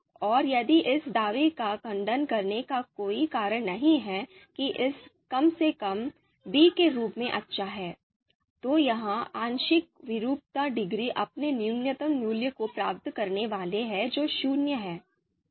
और यदि इस दावे का खंडन करने का कोई कारण नहीं है कि ' a कम से कम ' b के रूप में अच्छा है तो यह आंशिक कलह डिग्री अपने न्यूनतम मूल्य को प्राप्त करने वाला है जो शून्य है